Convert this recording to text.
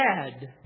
dead